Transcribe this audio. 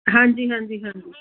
ਹਾਂਜੀ ਹਾਂਜੀ ਹਾਂਜੀ